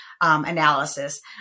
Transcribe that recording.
analysis